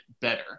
better